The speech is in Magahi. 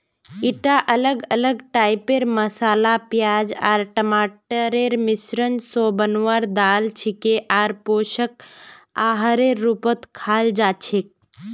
ईटा अलग अलग टाइपेर मसाला प्याज आर टमाटरेर मिश्रण स बनवार दाल छिके आर पोषक आहारेर रूपत खाल जा छेक